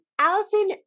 Allison